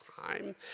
time